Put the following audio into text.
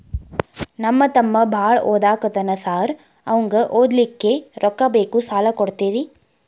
ನಮ್ಮ ತಮ್ಮ ಬಾಳ ಓದಾಕತ್ತನ ಸಾರ್ ಅವಂಗ ಓದ್ಲಿಕ್ಕೆ ರೊಕ್ಕ ಬೇಕು ಸಾಲ ಕೊಡ್ತೇರಿ?